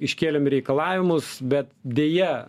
iškėlėm reikalavimus bet deja